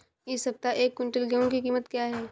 इस सप्ताह एक क्विंटल गेहूँ की कीमत क्या है?